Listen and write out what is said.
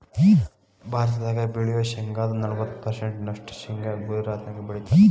ಭಾರತದಾಗ ಬೆಳಿಯೋ ಶೇಂಗಾದ ನಲವತ್ತ ಪರ್ಸೆಂಟ್ ನಷ್ಟ ಶೇಂಗಾ ಗುಜರಾತ್ನ್ಯಾಗ ಬೆಳೇತಾರ